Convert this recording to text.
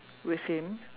with him